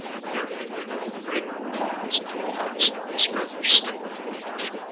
here and there great palms in pots spread their stiff foliage.